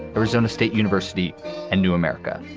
arizona state university and new america.